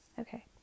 Okay